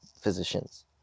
physicians